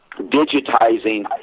digitizing